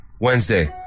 Wednesday